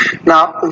Now